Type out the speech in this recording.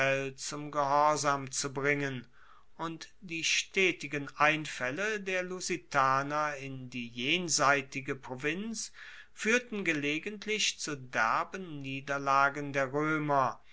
zum gehorsam zu bringen und die stetigen einfaelle der lusitaner in die jenseitige provinz fuehrten gelegentlich zu derben niederlagen der roemer